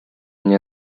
nie